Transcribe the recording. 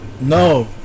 No